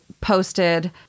posted